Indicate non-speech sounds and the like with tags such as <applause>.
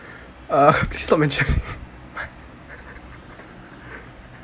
uh stop mentioning <laughs>